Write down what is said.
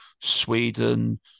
Sweden